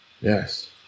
Yes